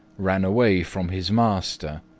ran away from his master.